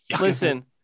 listen